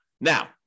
Now